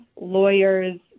lawyers